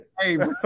hey